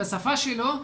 בשפה שלו,